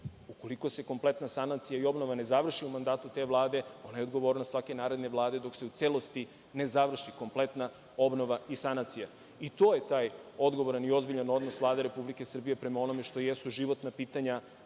Ukoliko se kompletna sanacija i obnova ne završi u mandatu te Vlade, ona je odgovornost svake naredne Vlade dok se u celosti ne završi kompletna obnova i sanacija. To je taj odgovoran i ozbiljan odnos Vlade Republike Srbije prema onome što jesu životna pitanja